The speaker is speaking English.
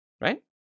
Right